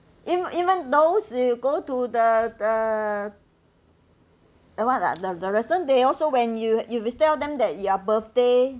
e~ even though you go to the the the what ah the restaurant they also when you if you tell them that you are birthday